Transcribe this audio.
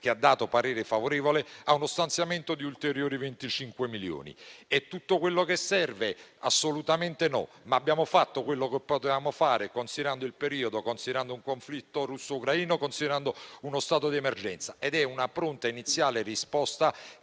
che ha dato parere favorevole, a uno stanziamento di ulteriori 25 milioni. È tutto ciò che serve? Assolutamente no, ma abbiamo fatto quello che potevamo fare, considerando il periodo, il conflitto russo-ucraino e lo stato di emergenza. Si tratta di una pronta e iniziale risposta